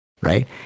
right